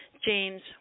James